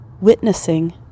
witnessing